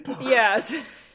Yes